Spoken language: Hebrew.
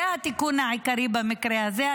זה התיקון העיקרי במקרה הזה.